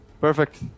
Perfect